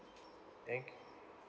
thank